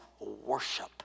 worship